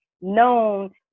known